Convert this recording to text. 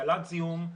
דלת זיהום,